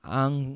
ang